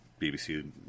BBC